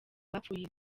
bapfuye